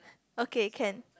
okay can